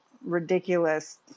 ridiculous